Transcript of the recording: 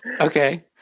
Okay